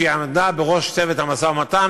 היא עמדה בראש צוות המשא-ומתן,